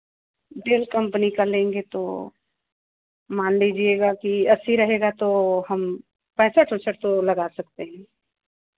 del company का लेंगे तो मान लीजिएगा कि अस्सी रहेगा तो हम पैंसठ वैसठ तो लगा सकते हैं